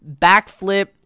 backflip